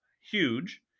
Huge